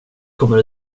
kommer